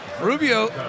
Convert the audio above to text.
Rubio